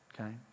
okay